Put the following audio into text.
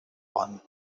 one